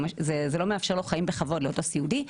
זה לא מאפשר לו חיים בכבוד לאותו סיעודי.